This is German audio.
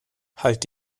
halt